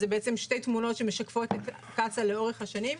אלה שתי תמונות שמשקפות את קצא"א לאורך השנים.